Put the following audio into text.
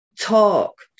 talk